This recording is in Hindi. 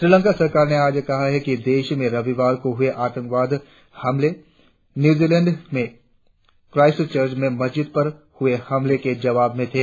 श्रीलंका सरकार ने आज कहा कि देश में रविवार को हुए आतंकवाद हमले न्यूजीलैण्ड में क्राइस्ट चर्च में मस्जिद पर हुए हमले के जवाब में थे